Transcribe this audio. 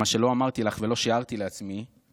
מה שלא אמרתי לך ולא שיערתי לעצמי זה